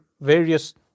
various